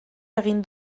egin